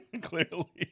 Clearly